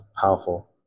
powerful